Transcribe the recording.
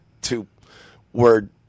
two-word